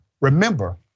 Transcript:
Remember